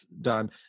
done